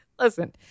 Listen